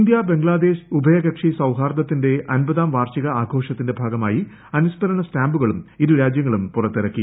India Bangladesh ഉഭയകക്ഷി സൌഹാർദ്ദത്തിന്റെ അമ്പതാം വാർഷിക ആഘോഷത്തിന്റെ ഭാഗമായി അനുസ്മരണ സ്റ്റാമ്പുകൾ ഇരുരാജ്യങ്ങളും പുറത്തിറക്കി